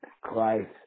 Christ